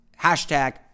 hashtag